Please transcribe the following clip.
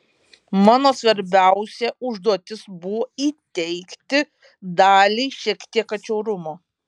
mano svarbiausia užduotis buvo įteigti daliai šiek tiek atšiaurumo